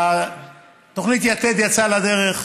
תוכנית יתד יצאה לדרך,